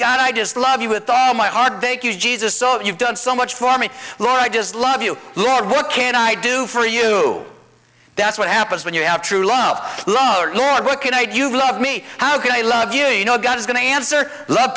god i just love you with all my heart thank you jesus so you've done so much for me laura i just love you lord what can i do for you that's what happens when you have true love love the lord what can i do you love me how can i love you you know god is going to answer love